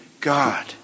God